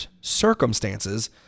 circumstances